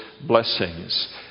blessings